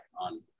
on